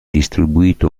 distribuito